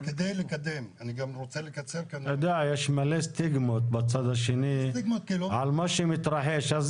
אתה יודע, יש מלא סטיגמות בצד השני על מה שמתרחש.